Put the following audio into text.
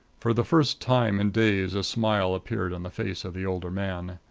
for the first time in days a smile appeared on the face of the older man.